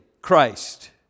Christ